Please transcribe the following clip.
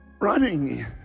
running